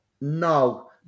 No